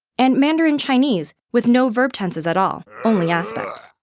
and mandarin chinese with no verb tenses at all, only aspect.